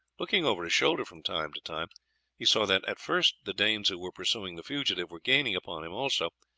looking over his shoulder from time to time he saw that at first the danes who were pursuing the fugitive were gaining upon him also,